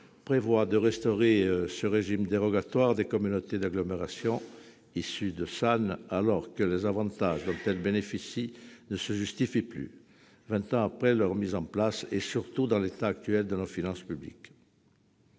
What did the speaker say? prévoit de restaurer ce régime dérogatoire des communautés d'agglomération issues de SAN, alors que les avantages dont elles bénéficient ne se justifient plus, vingt ans après leur mise en place et, surtout, dans l'état actuel de nos finances publiques.